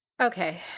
Okay